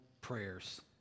prayers